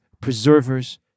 preservers